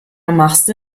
machste